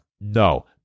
No